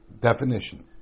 definition